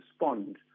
respond